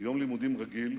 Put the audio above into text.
ביום לימודים רגיל,